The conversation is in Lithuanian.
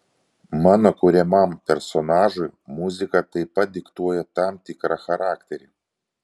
mano kuriamam personažui muzika taip pat diktuoja tam tikrą charakterį